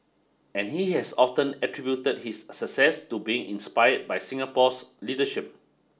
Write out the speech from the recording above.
and he has often attributed that his success to being inspired by Singapore's leadership